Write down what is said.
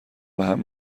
بهم